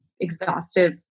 exhaustive